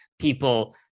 people